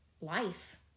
life